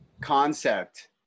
concept